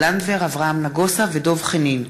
סופה לנדבר, אברהם נגוסה ודב חנין,